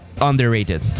underrated